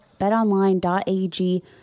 BetOnline.ag